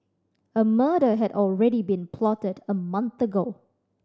a murder had already been plotted a month ago